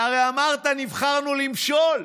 והרי אמרת: נבחרנו למשול.